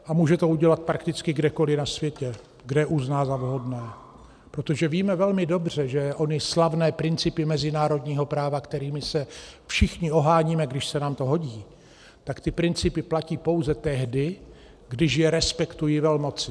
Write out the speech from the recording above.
A může to udělat prakticky kdekoli na světě, kde uzná za vhodné, protože víme velmi dobře, že ony slavné principy mezinárodního práva, kterými se všichni oháníme, když se nám to hodí, ty principy platí pouze tehdy, když je respektují velmoci.